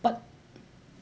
but